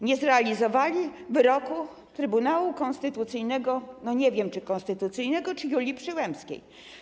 Nie zrealizowali państwo wyroku Trybunału Konstytucyjnego, nie wiem, czy konstytucyjnego, czy Julii Przyłębskiej.